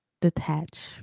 detach